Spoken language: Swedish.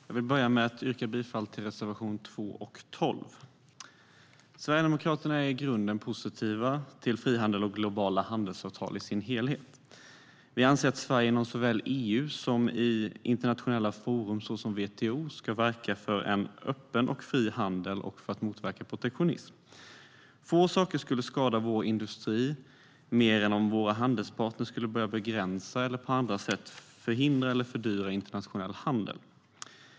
Herr talman! Jag vill börja med att yrka bifall till reservationerna 2 och 12. Sverigedemokraterna är i grunden positiva till frihandel och globala handelsavtal i sin helhet. Vi anser att Sverige såväl inom EU som i internationella forum som WTO ska verka för en öppen och fri handel och motverka protektionism. Få saker skulle skada vår industri mer än om våra handelspartner skulle börja begränsa eller på andra sätt förhindra eller fördyra internationell handel.